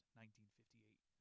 1958